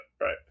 right